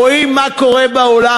רואים מה קורה בעולם?